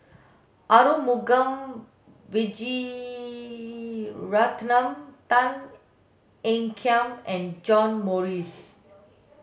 Arumugam Vijiaratnam Tan Ean Kiam and John Morrice